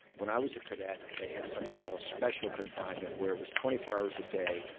when i was a cadet, they had something called special confinement where it was twenty four hours a day,